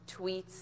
tweets